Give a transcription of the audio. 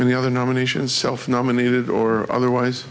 and the other nominations self nominated or otherwise